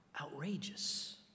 outrageous